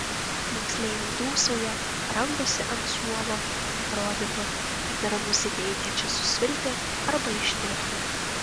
moksleiviai dūsauja rangosi ant suolo atrodytų kad yra nusiteikę čia susvilti arba ištirpti